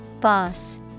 Boss